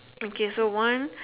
okay so one